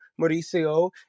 Mauricio